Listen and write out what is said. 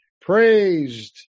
Praised